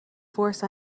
force